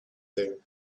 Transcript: there